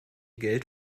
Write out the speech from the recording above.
geld